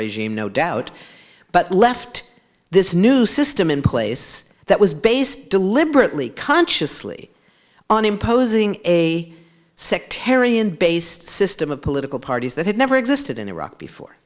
regime no doubt but left this new system in place that was based deliberately consciously on imposing a sectarian based system of political parties that had never existed in iraq before